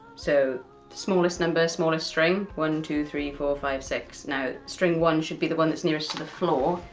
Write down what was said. so the smallest number smallest string, one two three four five six. now, string one should be the one that's nearest to the floor,